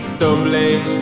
Stumbling